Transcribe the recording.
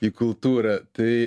į kultūrą tai